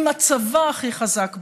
עם הצבא הכי חזק באזור.